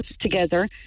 together